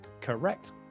correct